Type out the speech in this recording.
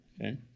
Okay